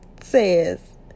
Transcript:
says